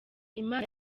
imana